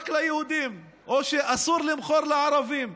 רק ליהודים, או: אסור למכור לערבים.